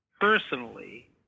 personally